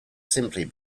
simply